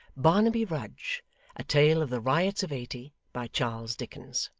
barnaby rudge a tale of the riots of eighty by charles dickens